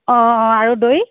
অ' অ' আৰু দৈ